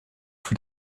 für